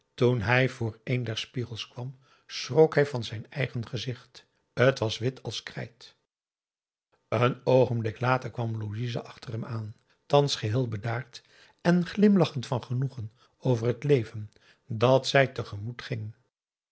toen hij voor een der spiegels kwam schrok hij van zijn eigen gezicht het was wit als krijt een oogenblik later kwam louise achter hem aan thans geheel bedaard en glimlachend van genoegen over het leven dat zij te gemoet ging